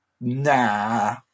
nah